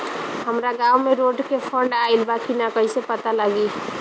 हमरा गांव मे रोड के फन्ड आइल बा कि ना कैसे पता लागि?